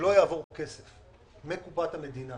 שלא יעבור כסף מקופת המדינה